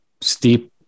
steep